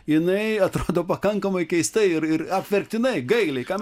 jinai atrodo pakankamai keista ir ir apverktinai gailiai ką